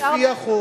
לפי החוק,